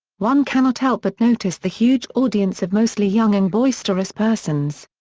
one cannot help but notice the huge audience of mostly young and boisterous persons.